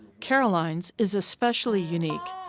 caroline's is especially unique,